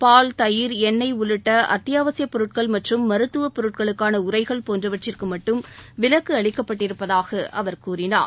பால் தயிர் எண்ணெய் உள்ளிட்ட அத்தியாவசிய பொருட்கள் மற்றம் மருத்துவ பொருட்களுக்கான உரைகள் போன்றவற்றிற்கு மட்டும் விலக்கு அளிக்கப்பட்டிருப்பதாக அவர் கூறினார்